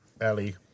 Ellie